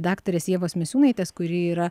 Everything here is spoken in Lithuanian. daktarės ievos misiūnaitės kuri yra